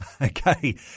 Okay